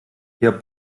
hier